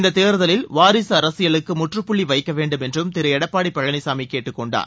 இந்தத் தேர்தலில் வாரிசு அரசியலுக்கு முற்றுப்புள்ளி வைக்க வேண்டும் என்றும் திரு எடப்பாடி பழனிசாமி கேட்டுக் கொண்டார்